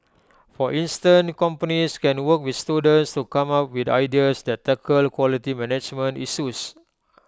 for instant companies can work with students to come up with ideas that tackle quality management issues